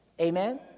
Amen